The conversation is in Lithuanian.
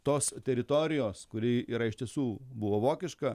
tos teritorijos kuri yra iš tiesų buvo vokiška